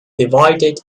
divided